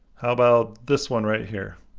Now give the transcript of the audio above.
how about this one right here.